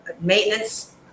maintenance